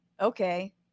Okay